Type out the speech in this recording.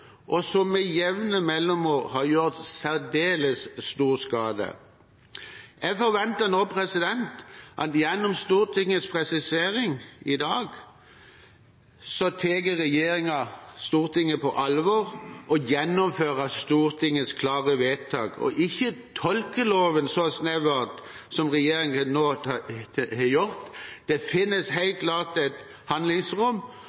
streifdyr, som med jevne mellomrom har gjort særdeles stor skade. Jeg forventer nå at gjennom Stortingets presisering i dag tar regjeringen Stortinget på alvor og gjennomfører Stortingets klare vedtak, og ikke tolker loven så snevert som regjeringen nå har gjort. Det finnes